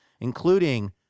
including